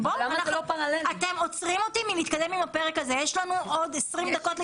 אבל אני מבינה שלמעשה סיימנו את פרק הרישיונות עוד ביום ראשון,